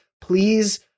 please